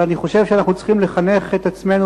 אבל אני חושב שאנחנו צריכים לחנך את עצמנו